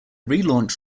relaunch